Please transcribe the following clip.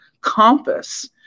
compass